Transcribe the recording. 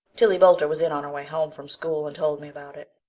tillie boulter was in on her way home from school and told me about it.